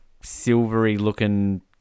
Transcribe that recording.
silvery-looking